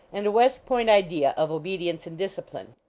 and a west point idea of obedience and discipline.